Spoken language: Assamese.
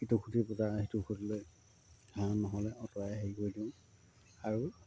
ইটো খুটিৰ পৰা সিটো খুটিলৈ ঘাঁহ নহ'লে আঁতৰাই হেৰি কৰি দিওঁ আৰু